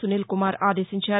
సునీల్ కుమార్ ఆదేశించారు